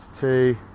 two